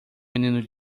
menino